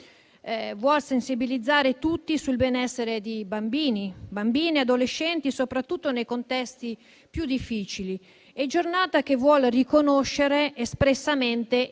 vuole sensibilizzare tutti sul benessere di bambini, bambine e adolescenti, soprattutto nei contesti più difficili, e vuol riconoscere espressamente